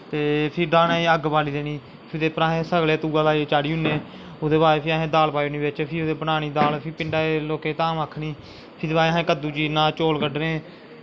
फ्हा डाह्नै च अग्ग बाली देनी फ्ही असैं सगले तुगा देईयै चाढ़ी ओड़ने फ्ही असैं ओह्दे बाद दाल पाई ओड़ना बिच्च फ्ही ओह्दे च बनानी दाल फ्ही लोकें गी धाम आक्खनी फ्ही ओह्दै बाद असैं कद्दूं चीरना चौल कड्डने